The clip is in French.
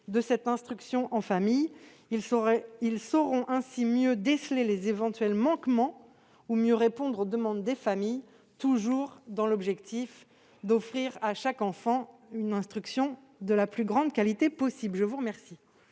de l'instruction en famille. Ils sauront ainsi mieux déceler les éventuels manquements ou mieux répondre aux demandes des familles, toujours dans l'objectif d'offrir à chaque enfant une instruction de la plus grande qualité possible. Quel